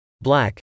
black